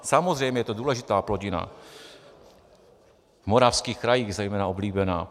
Samozřejmě, je to důležitá plodina, v moravských krajích zejména oblíbená.